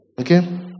Okay